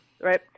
right